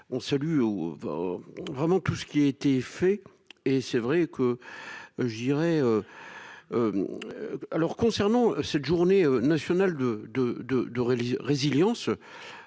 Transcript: On salue où va. Vraiment tout ce qui a été fait et c'est vrai que. Je dirais. Alors concernant cette journée nationale de de de